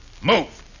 Move